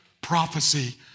prophecy